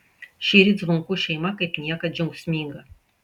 šįryt zvonkų šeima kaip niekad džiaugsminga